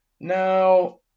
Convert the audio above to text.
Now